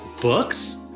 books